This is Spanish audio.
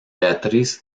beatriz